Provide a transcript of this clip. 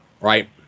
Right